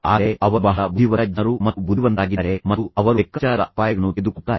ಆದರೆ ಅವರು ಬಹಳ ಬುದ್ಧಿವಂತ ಜನರು ಮತ್ತು ಬುದ್ಧಿವಂತರಾಗಿದ್ದಾರೆ ಮತ್ತು ಅವರು ಲೆಕ್ಕಾಚಾರದ ಅಪಾಯಗಳನ್ನು ತೆಗೆದುಕೊಳ್ಳುತ್ತಾರೆ